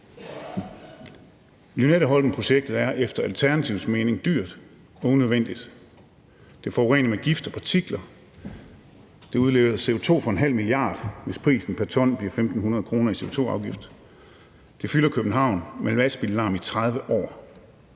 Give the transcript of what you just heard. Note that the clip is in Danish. Lynetteholmprojektet er efter Alternativets mening dyrt og unødvendigt. Det forurener med gift og partikler. Det udleder CO2 for 0,5 mia. kr., hvis prisen pr. ton bliver 1.500 kr. i CO2-afgift. Det fylder København med lastbillarm i 30 år.